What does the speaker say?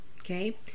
okay